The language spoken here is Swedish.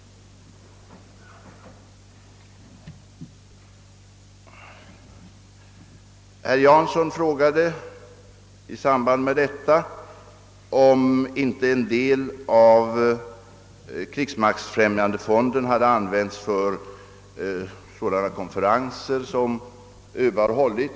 Sedan frågade herr Jansson om inte en del av krigsmaktfrämjandefonden hade använts för sådana konferenser som ÖB hållit.